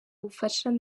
buke